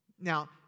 Now